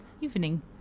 Evening